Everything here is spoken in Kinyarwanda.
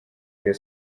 rayon